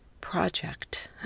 project